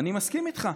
אני מסכים איתך.